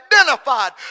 identified